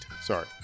sorry